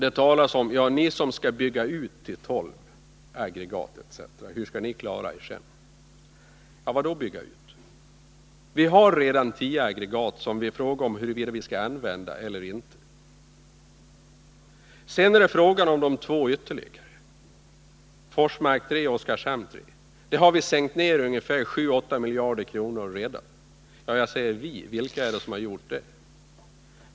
Ni frågar: Hur skall ni som skall bygga ut till tolv aggregat klara er sedan? Bygga ut vad? Vi har redan tio aggregat, och det är fråga om huruvida vi skall använda dem eller inte. Sedan är det fråga om de två ytterligare aggregaten, Forsmark 3 och Oskarshamn 3. Där har vi redan lagt ned 7 å 8 miljarder. Jag säger ”vi”, men vilka är det som gjort det?